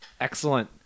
Excellent